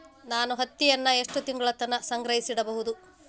ನಾನು ಹತ್ತಿಯನ್ನ ಎಷ್ಟು ತಿಂಗಳತನ ಸಂಗ್ರಹಿಸಿಡಬಹುದು?